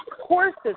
courses